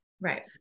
Right